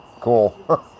Cool